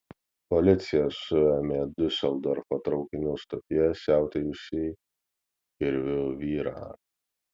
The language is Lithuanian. policija suėmė diuseldorfo traukinių stotyje siautėjusį kirviu vyrą